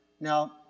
Now